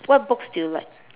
what books do you like